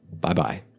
Bye-bye